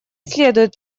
следует